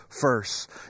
first